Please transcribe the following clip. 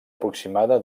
aproximada